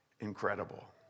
incredible